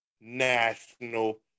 national